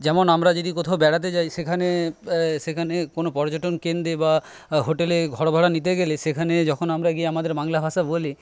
যেমন আমরা যদি কোথাও বেড়াতে যাই সেখানে সেখানে কোনো পর্যটন কেন্দ্রে বা হোটেলে ঘর ভাড়া নিতে গেলে সেখানে যখন আমরা গিয়ে আমাদের বাংলা ভাষা বলি